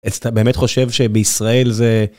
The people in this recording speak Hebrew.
אתה באמת חושב שבישראל זה